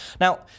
now